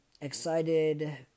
excited